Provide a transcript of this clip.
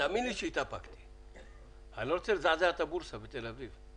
תאמין לי שהתאפקתי...אני לא רוצה לזעזע את הבורסה בתל אביב.